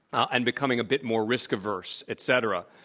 and becoming a bit more risk averse, et cetera,